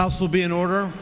house will be in order